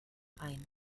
ein